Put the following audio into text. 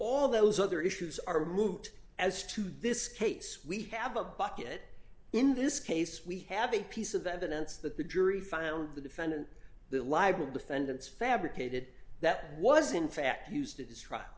all those other issues are moot as to this case we have a bucket in this case we have a piece of evidence that the jury found the defendant the libel defendant's fabricated that was in fact used